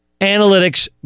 analytics